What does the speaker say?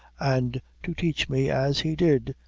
and to teach me, as he did,